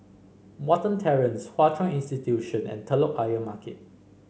Watten Terrace Hwa Chong Institution and Telok Ayer Market